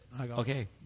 okay